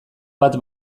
bat